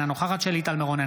אינה נוכחת שלי טל מירון,